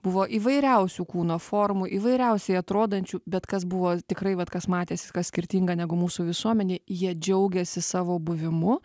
buvo įvairiausių kūno formų įvairiausiai atrodančių bet kas buvo tikrai vat kas matės kas skirtinga negu mūsų visuomenėj jie džiaugėsi savo buvimu